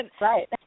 Right